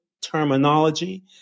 terminology